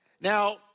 Now